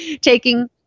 taking